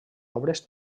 obres